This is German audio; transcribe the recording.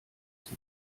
sich